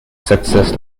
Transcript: success